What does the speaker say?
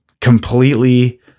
completely